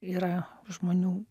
yra žmonių